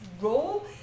role